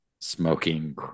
smoking